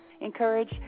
Encourage